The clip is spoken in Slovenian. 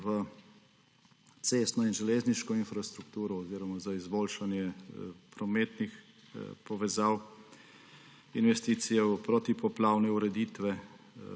v cestno in železniško infrastrukturo oziroma za izboljšanje prometnih povezav, investicije v protipoplavne ureditve